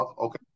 Okay